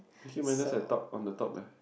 Peaky-Blinders I thought on the top leh